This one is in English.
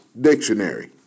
Dictionary